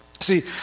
See